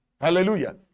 Hallelujah